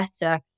better